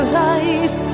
life